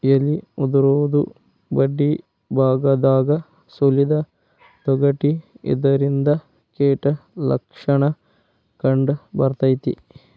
ಎಲಿ ಉದುರುದು ಬಡ್ಡಿಬಾಗದಾಗ ಸುಲಿದ ತೊಗಟಿ ಇದರಿಂದ ಕೇಟ ಲಕ್ಷಣ ಕಂಡಬರ್ತೈತಿ